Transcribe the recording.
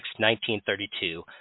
1932